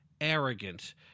arrogant